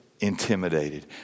intimidated